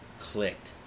clicked